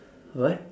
what